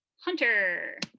Hunter